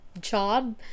job